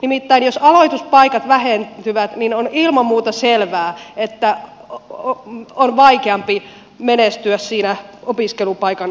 nimittäin jos aloituspaikat vähentyvät niin on ilman muuta selvää että on vaikeampi menestyä siinä opiskelupaikan haussa